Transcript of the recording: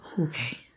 Okay